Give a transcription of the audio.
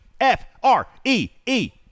F-R-E-E